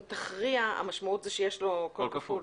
תכריע, המשמעות היא שיש לו קול כפול.